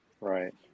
Right